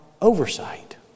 oversight